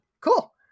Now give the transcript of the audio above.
Cool